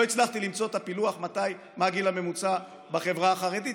לא הצלחתי למצוא את הפילוח מה הגיל הממוצע בחברה החרדית,